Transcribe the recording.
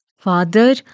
Father